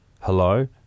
hello